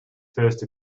first